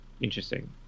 interesting